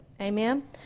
amen